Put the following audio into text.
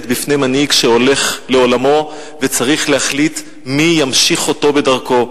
בפני מנהיג שהולך לעולמו וצריך להחליט מי ימשיך אותו בדרכו,